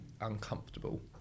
uncomfortable